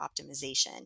optimization